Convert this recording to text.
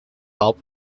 help